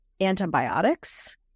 antibiotics